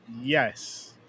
Yes